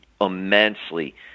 immensely